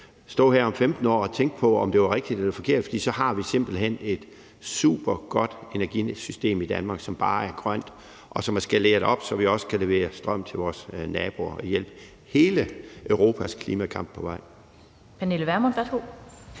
stå her og tænke på, om det var rigtigt eller forkert. For så har vi simpelt hen et supergodt energisystem i Danmark, som bare er grønt, og som er skaleret op, så vi også kan levere strøm til vores naboer og hjælpe hele Europas klimakamp på vej.